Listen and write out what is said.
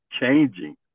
changing